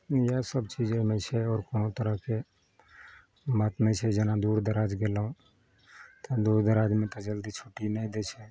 इहए सब चीज ओहिमे छै आओर कोनो तरहके बात नहि छै जेना दूर दराज गेलहुँ तऽ दूर दराजमे तऽ जल्दी छुट्टी नहि दै छै